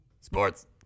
sports